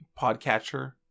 podcatcher